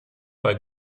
bei